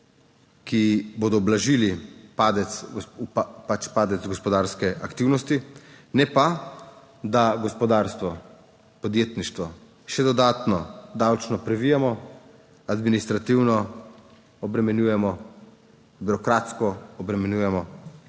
ki bodo ublažili padec gospodarske aktivnosti, ne pa da gospodarstvo, podjetništvo še dodatno davčno privijamo, administrativno obremenjujemo, birokratsko obremenjujemo